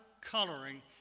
coloring